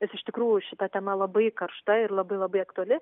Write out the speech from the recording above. ne iš tikrųjų šita tema labai karšta ir labai labai aktuali